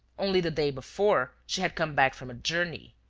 only the day before, she had come back from a journey.